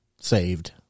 Saved